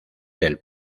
del